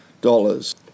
dollars